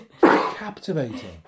Captivating